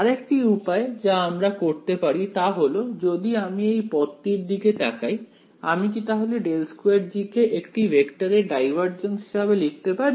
আরেকটি উপায় যা আমরা করতে পারি তা হল যদি আমি এই পদটির দিকে তাকাই আমি কি তাহলে ∇2G কে একটি ভেক্টরের ডাইভারজেন্স হিসেবে লিখতে পারি